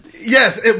Yes